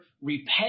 Repent